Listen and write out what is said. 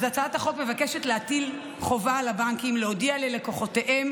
אז הצעת החוק מבקשת להטיל חובה על הבנקים להודיע ללקוחותיהם